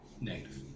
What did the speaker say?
Negative